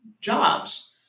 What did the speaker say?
jobs